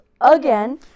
again